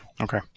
okay